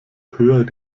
höher